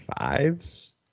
fives